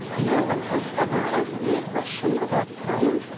no one has ever asked me a question about science,